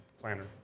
Planner